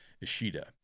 Ishida